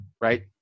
right